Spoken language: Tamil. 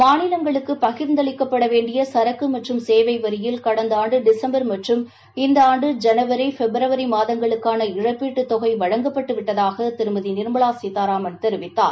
மாநிலங்களுக்கு பகிர்ந்தளிக்கப்பட வேண்டிய சரக்கு மற்றும் சேவை வரியின் கடந்த ஆண்டு டிசும்பர் மற்றும் இந்த ஆண்டு ஜனவரி பிட்ரவரி மாதங்களுக்கான இழப்பீட்டுத் தொகை வழங்கப்பட்டு விட்டதாக திருமதி நிர்மலா சீதாராமன் தெரிவித்தார்